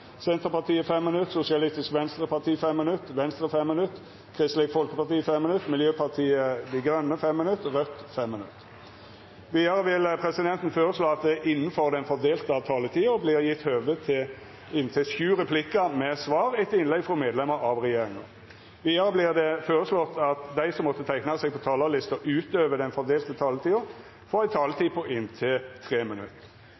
Senterpartiet 5 minutt, Sosialistisk Venstreparti 5 minutt, Venstre 5 minutt, Kristeleg Folkeparti 5 minutt, Miljøpartiet Dei Grøne 5 minutt og Raudt 5 minutt. Vidare vil presidenten føreslå at det – innanfor den fordelte taletida – vert gjeve høve til inntil sju replikkar med svar etter innlegg frå medlemer av regjeringa. Vidare vert det føreslått at dei som måtte teikna seg på talarlista utover den fordelte taletida, får ei taletid på inntil 3 minutt.